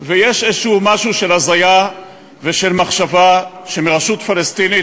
אבל יש איזה משהו של הזיה ושל מחשבה שמרשות פלסטינית